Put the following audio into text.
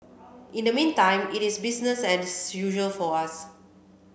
in the meantime it is business as usual for us